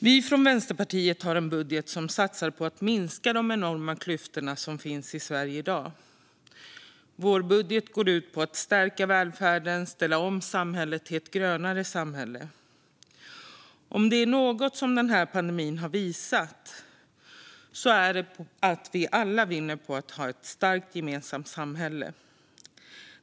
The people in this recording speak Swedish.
Vi från Vänsterpartiet har en budget som satsar på att minska de enorma klyftor som finns i Sverige i dag. Vår budget går ut på att stärka välfärden och ställa om samhället till ett grönare samhälle. Om det är något som den här pandemin har visat är det att vi alla vinner på att ha ett starkt gemensamt samhälle.